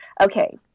okay